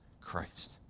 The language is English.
Christ